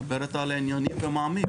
מדברת על הענייני והמעמיק?